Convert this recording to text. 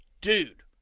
Dude